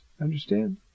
Understand